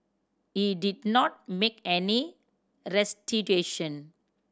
he did not make any restitution